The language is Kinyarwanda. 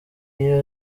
iyo